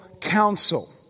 counsel